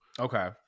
Okay